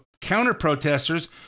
counter-protesters